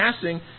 passing